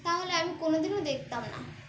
তাহলে আমি কোনোদিনও দেখতাম না